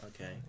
Okay